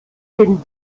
den